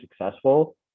successful